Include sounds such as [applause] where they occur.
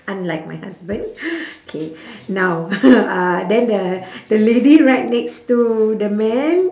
unlike my husband K now [laughs] uh then the the lady right next to the man